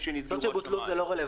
טיסות שבוטלו זה לא רלוונטי.